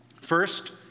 First